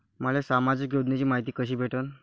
मले सामाजिक योजनेची मायती कशी भेटन?